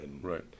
Right